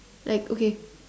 like okay